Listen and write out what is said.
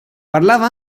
parlava